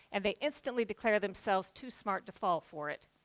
and they instantly declare themselves too smart to fall for it.